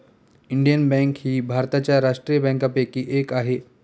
Indian Bank ही भारताच्या राष्ट्रीय बँकांपैकी एक आहे